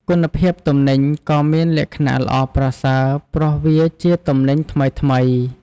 គុណភាពទំនិញក៏មានលក្ខណៈល្អប្រសើរព្រោះវាជាទំនិញថ្មីៗ។